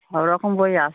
সব রকম বই আছে